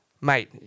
mate